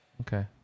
Okay